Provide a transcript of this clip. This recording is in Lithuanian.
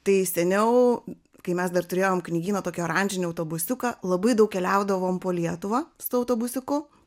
tai seniau kai mes dar turėjom knygyną tokį oranžinį autobusiuką labai daug keliaudavom po lietuvą su tuo autobusiuku